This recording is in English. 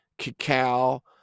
cacao